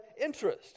interest